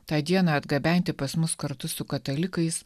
tą dieną atgabenti pas mus kartu su katalikais